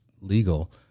legal